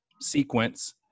sequence